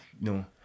no